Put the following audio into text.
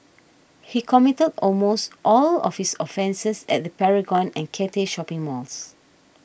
he committed almost all of his offences at the Paragon and Cathay shopping malls